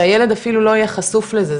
שהילד אפילו לא יהיה חשוף לזה.